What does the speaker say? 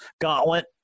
Gauntlet